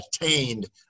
attained